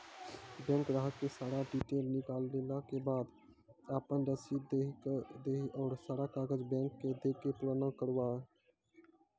Bank ग्राहक के सारा डीटेल निकालैला के बाद आपन रसीद देहि और सारा कागज बैंक के दे के पुराना करावे?